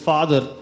Father